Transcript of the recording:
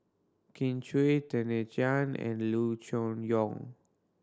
Kin Chui Tan and Loo Choon Yong